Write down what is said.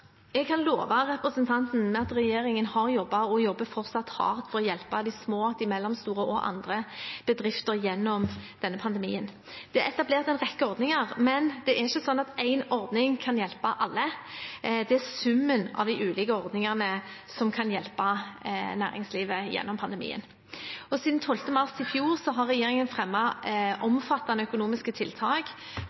Jeg kan love representanten at regjeringen har jobbet og fortsatt jobber hardt for å hjelpe små, mellomstore og andre bedrifter gjennom denne pandemien. Det er etablert en rekke ordninger, men det er ikke sånn at én ordning kan hjelpe alle. Det er summen av de ulike ordningene som kan hjelpe næringslivet gjennom pandemien. Siden 12. mars i fjor har regjeringen fremmet omfattende økonomiske tiltak